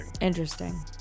Interesting